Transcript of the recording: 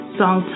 song